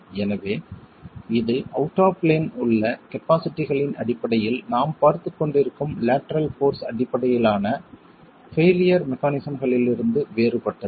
எனவே இது out of plane உள்ள கபாஸிட்டிகளின் அடிப்படையில் நாம் பார்த்துக் கொண்டிருக்கும் லேட்டரல் போர்ஸ் அடிப்படையிலான பெய்லியர் மெக்கானிசம்களிலிருந்து வேறுபட்டது